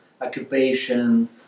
occupation